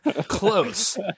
Close